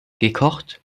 gekocht